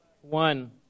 One